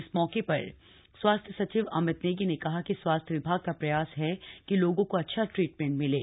इस मौके पर स्वास्थ्य सचिव अमित नेगी ने कहा कि स्वास्थ्य विभाग का प्रयास है कि लोगों को अच्छा ट्रीटमेंट मिले